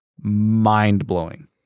mind-blowing